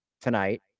tonight